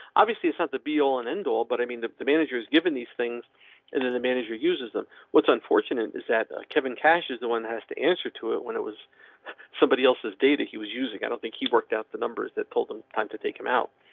obviously it's not the be all and end all, but i mean the the manager is given these things and then the manager uses them. what's unfortunate is that kevin cash is the one that has to answer to it. when it was somebody else is data he was using. i don't think he worked out the numbers that told them time to take him out.